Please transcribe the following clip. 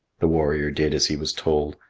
the warrior did as he was told,